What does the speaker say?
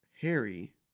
Harry